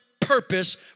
purpose